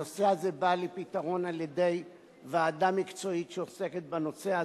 הנושא הזה בא לפתרון על-ידי ועדה מקצועית שעוסקת בנושא הזה,